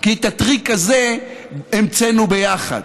כי את הטריק הזה המצאנו ביחד.